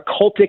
cultic